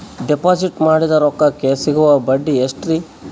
Deposit ಮಾಡಿದ ರೊಕ್ಕಕೆ ಸಿಗುವ ಬಡ್ಡಿ ಎಷ್ಟ್ರೀ?